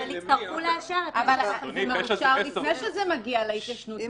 אבל יצטרכו לאשר את משך החקירה.